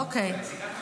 אוקיי.